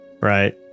right